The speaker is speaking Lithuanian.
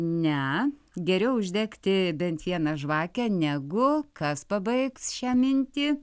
ne geriau uždegti bent vieną žvakę negu kas pabaigs šią mintį